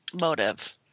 motive